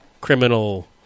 criminal